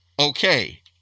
okay